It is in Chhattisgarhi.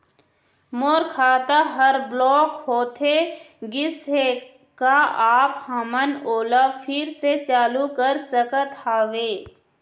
मोर खाता हर ब्लॉक होथे गिस हे, का आप हमन ओला फिर से चालू कर सकत हावे?